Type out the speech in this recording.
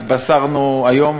התבשרנו היום